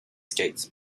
skates